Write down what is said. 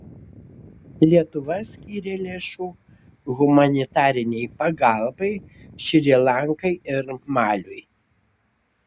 lietuva skyrė lėšų humanitarinei pagalbai šri lankai ir maliui